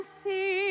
see